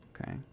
Okay